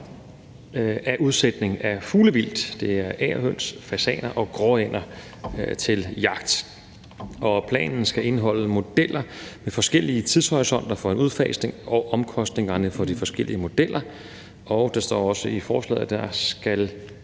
af udsætning af fuglevildt, altså agerhøns, fasaner og gråænder, til jagt. Der står i forslaget også, at planen skal indeholde modeller med forskellige tidshorisonter for en udfasning og omkostningerne for de forskellige modeller, og at planen skal